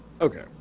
Okay